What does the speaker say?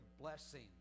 blessing